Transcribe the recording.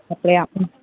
அப்படியா ம்